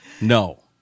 No